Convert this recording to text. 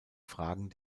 fragen